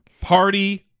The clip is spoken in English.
Party